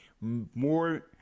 more